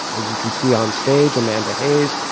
as you can see on stage amanda hayes,